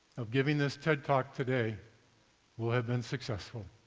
of giving this ted talk today will have been successful.